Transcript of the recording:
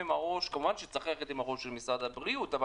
כמובן שצריך ללכת עם הראש של משרד הבריאות,